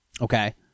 Okay